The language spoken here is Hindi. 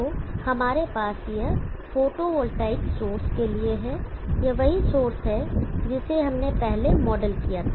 तो हमारे पास यह फोटोवोल्टिक सोर्स के लिए है यह वही सोर्स है जिसे हमने पहले मॉडल किया था